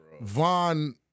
Vaughn